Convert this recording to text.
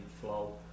flow